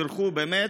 בירכו באמת,